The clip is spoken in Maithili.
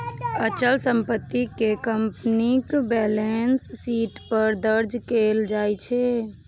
अचल संपत्ति कें कंपनीक बैलेंस शीट पर दर्ज कैल जाइ छै